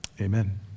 Amen